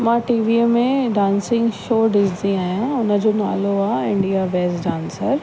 मां टीवीअ में डांसिंग शो ॾिसंदी आहियां हुनजो नालो आहे इंडिया बैस्ट डांसर